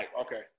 Okay